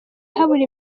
habura